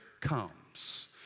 comes